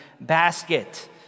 basket